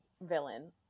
villain